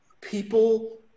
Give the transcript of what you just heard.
people